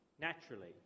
naturally